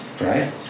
right